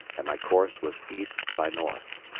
and my course was east by north.